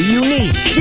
unique